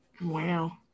Wow